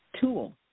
tool